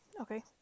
okay